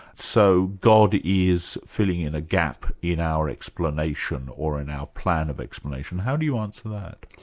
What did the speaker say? so god is filling in a gap in our explanation or in our plan of explanation. how do you answer that?